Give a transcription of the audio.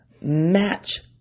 match